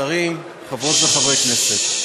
שרים, חברות וחברי הכנסת,